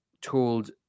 told